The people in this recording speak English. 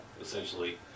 essentially